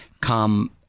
come